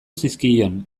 zizkion